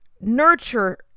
nurture